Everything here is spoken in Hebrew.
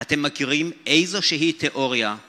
אתם מכירים איזושהי תיאוריה